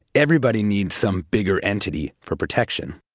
everybody needs some bigger entity for protection